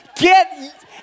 Get